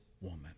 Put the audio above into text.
woman